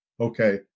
Okay